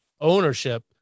ownership